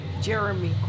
Jeremy